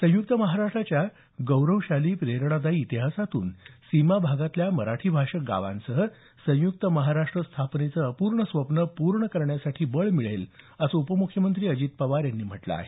संयुक्त महाराष्ट्राच्या गौरवशाली प्रेरणादायी इतिहासातून सीमाभागातल्या मराठीभाषक गावांसह संयुक्त महाराष्ट्र स्थापनेचं अपूर्ण स्वप्न पूर्ण करण्यासाठी बळ मिळेल असं उपमुख्यमंत्री अजित पवार यांनी म्हटलं आहे